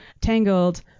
tangled